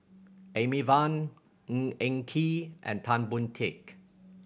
Amy Van Ng Eng Kee and Tan Boon Teik